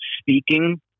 speaking